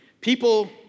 People